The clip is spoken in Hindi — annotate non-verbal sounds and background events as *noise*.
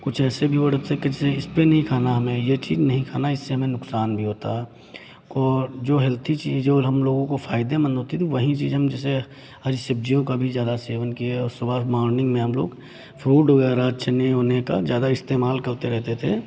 कुछ ऐसे भी *unintelligible* कि जे इस पे नहीं खाना हमें ये चीज़ नहीं खाना इससे हमें नुकसान भी होता है को जो हेल्दी चीज़ें और हम लोगों को फ़ायदेमंद होती थी वही चीज़ हम जैसे हरी सब्ज़ियों का भी ज़्यादा सेवन किए और सुबह मोर्निंग में हम लोग फ्रूट वगैरह चने वने का ज़्यादा इस्तेमाल करते रहते थे